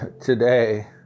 today